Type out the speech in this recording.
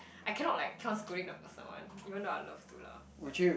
I cannot like keep on scolding the person one even though I love to lah but